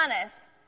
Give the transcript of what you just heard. honest